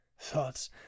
thoughts